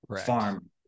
farm